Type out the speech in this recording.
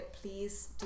please